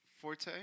Forte